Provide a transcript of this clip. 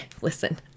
listen